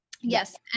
Yes